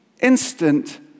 instant